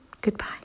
goodbye